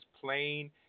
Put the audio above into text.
plain